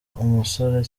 umusore